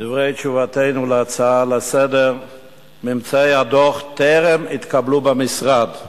דברי תשובתנו על ההצעה לסדר-היום: ממצאי הדוח טרם התקבלו במשרד.